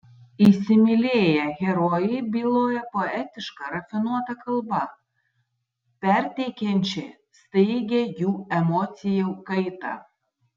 įsimylėję herojai byloja poetiška rafinuota kalba perteikiančia staigią jų emocijų kaitą